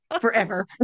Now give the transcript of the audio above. Forever